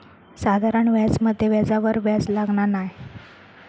साधारण व्याजामध्ये व्याजावर व्याज लागना नाय